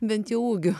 bent jau ūgiu